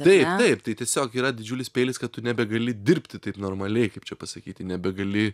taip taip tai tiesiog yra didžiulis peilis kad tu nebegali dirbti taip normaliai kaip čia pasakyti nebegali